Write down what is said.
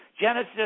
Genesis